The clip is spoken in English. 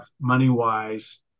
money-wise